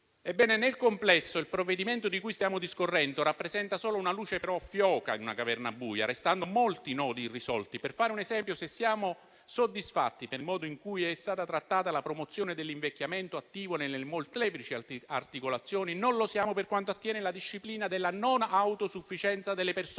Ebbene, nel complesso, il provvedimento di cui stiamo discorrendo rappresenta solo una luce fioca in una caverna buia, restando molti nodi irrisolti. Per fare un esempio, se siamo soddisfatti per il modo in cui in cui è stata trattata la promozione dell'invecchiamento attivo nelle molteplici articolazioni, non lo siamo per quanto attiene alla disciplina della non autosufficienza delle persone